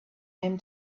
him